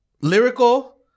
lyrical